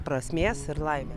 prasmės ir laimę